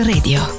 Radio